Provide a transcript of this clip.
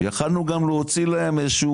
יכולנו גם להוציא להם איזשהו,